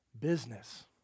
business